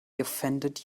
offended